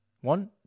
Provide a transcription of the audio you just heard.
one